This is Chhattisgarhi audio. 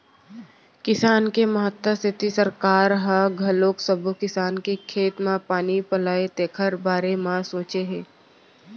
किसानी के महत्ता सेती सरकार ह घलोक सब्बो किसान के खेत म पानी पलय तेखर बारे म सोचे हे